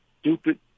stupid